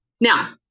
Now